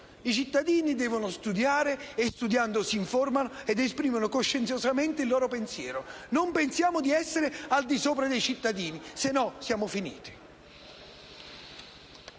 I cittadini devono studiare e, studiando, si informano ed esprimono coscienziosamente il loro pensiero. Non pensiamo di essere al di sopra dei cittadini, altrimenti siamo finiti.